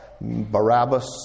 Barabbas